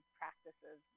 practices